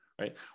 right